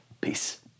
Peace